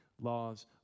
laws